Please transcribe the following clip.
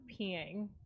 peeing